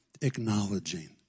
Acknowledging